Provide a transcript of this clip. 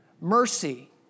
mercy